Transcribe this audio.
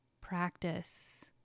Practice